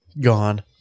gone